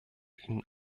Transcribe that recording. ihnen